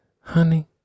honey